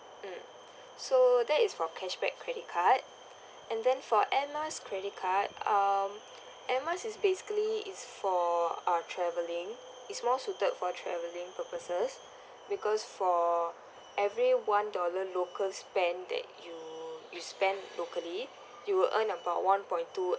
mm so that is for cashback credit card and then for airmiles credit card um airmile is basically it's for uh travelling is more suited for traveling purposes because for every one dollar local spent that you you spend locally you'll earn about one point two